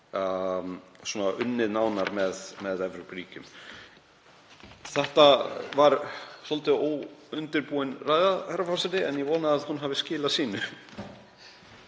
svo unnið nánar með Evrópuríkjum. Þetta var svolítið óundirbúin ræða, herra forseti, en ég vona að hún hafi skilað sínu.